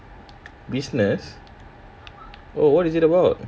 business well what is it about